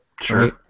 Sure